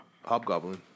Hobgoblin